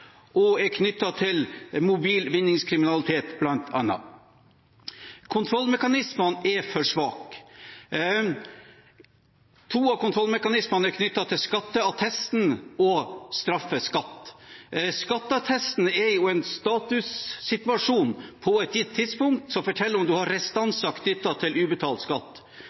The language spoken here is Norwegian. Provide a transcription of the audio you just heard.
er knyttet til mobil vinningskriminalitet, bl.a. Kontrollmekanismene er for svake. To av kontrollmekanismene er knyttet til skatteattest og straffeskatt. Skatteattesten viser en statussituasjon på et gitt tidspunkt som forteller om man har restanser knyttet til ubetalt skatt.